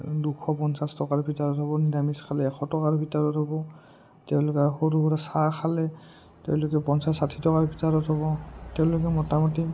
দুশ পঞ্চাছ টকাৰ ভিতৰত হ'ব নিৰামিষ খালে এশ টকাৰ ভিতৰত হ'ব তেওঁলোকে সৰু সুৰা চাহ খালে তেওঁলোকে পঞ্চাছ ষাঠি টকাৰ ভিতৰত হ'ব তেওঁলোকে মোটামুটি